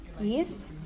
Yes